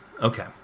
Okay